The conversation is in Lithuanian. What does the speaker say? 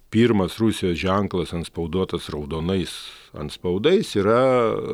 pirmas rusijos ženklas antspauduotas raudonais antspaudais yra